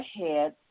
ahead